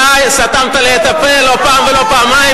אתה סתמת לי את הפה לא פעם ולא פעמיים,